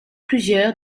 plusieurs